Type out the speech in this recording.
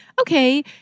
okay